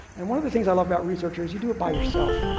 and one of the things i love about researchers, you do it by yourself.